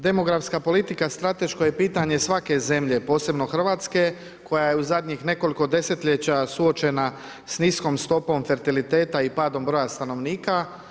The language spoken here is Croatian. Demografska politika strateško je pitanje svake zemlje, posebno Hrvatske koja je u zadnjih nekoliko desetljeća suočena sa niskom stopom fertiliteta i padom broja stanovnika.